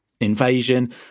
invasion